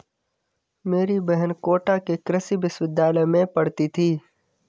मेरी बहन कोटा के कृषि विश्वविद्यालय में पढ़ती थी